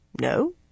No